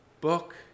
book